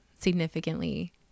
significantly